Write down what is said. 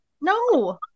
No